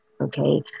okay